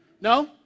No